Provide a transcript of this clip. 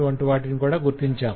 వంటివాటిని కూడా గుర్తించాం